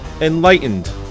enlightened